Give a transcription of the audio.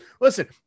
listen